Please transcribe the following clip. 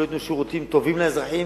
שלא ייתנו שירותים טובים לאזרחים,